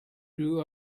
grew